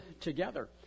together